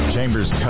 Chambers